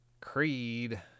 Creed